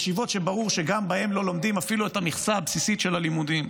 ישיבות שברור שבהן לא לומדים אפילו את המכסה הבסיסית של הלימודים,